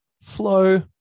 flow